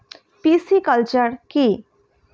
Pisciculture কি?